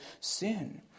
sin